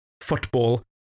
football